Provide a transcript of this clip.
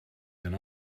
than